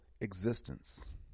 existence